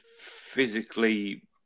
physically